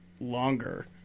longer